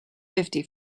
fifty